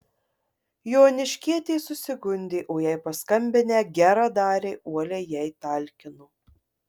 joniškietė susigundė o jai paskambinę geradariai uoliai jai talkino